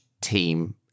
team